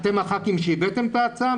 הח"כים שהבאתם את ההצעה,